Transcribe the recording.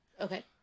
Okay